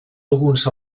alguns